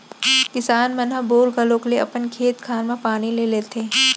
किसान मन ह बोर घलौक ले अपन खेत खार म पानी ले लेथें